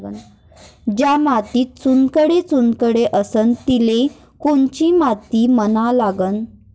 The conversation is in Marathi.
ज्या मातीत चुनखडे चुनखडे असन तिले कोनची माती म्हना लागन?